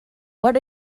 what